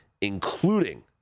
including